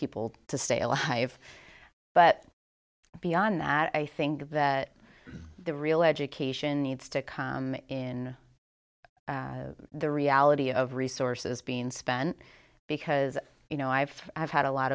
people to stay alive but beyond that i think that the real education needs to come in the reality of resources being spent because you know i've i've had a lot